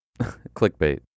Clickbait